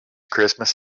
christmas